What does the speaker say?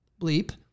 bleep